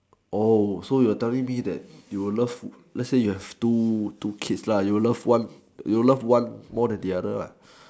oh so you're telling me that you will love let's say you have two two kids lah you will you will love one more than the other lah